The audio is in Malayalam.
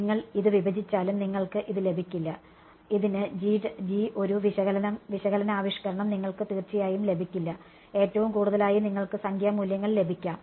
നിങ്ങൾ ഇത് വിഭജിച്ചാലും നിങ്ങൾക്ക് ഇത് ലഭിക്കില്ല ഇതിന് ഒരു വിശകലന ആവിഷ്കരണം നിങ്ങൾക്ക് തീർച്ചയായും ലഭിക്കില്ല ഏറ്റവും കൂടുതൽ ആയി നിങ്ങൾക്ക് സംഖ്യാ മൂല്യങ്ങൾ ലഭിക്കാം